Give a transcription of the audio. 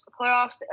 playoffs